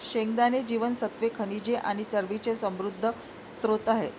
शेंगदाणे जीवनसत्त्वे, खनिजे आणि चरबीचे समृद्ध स्त्रोत आहेत